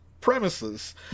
premises